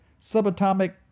subatomic